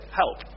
help